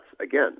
again